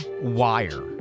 wire